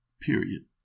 period